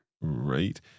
Right